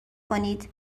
کنید